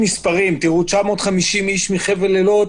מספרים: 950 איש מחבל אילות